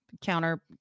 counter